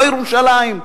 לא ירושלים.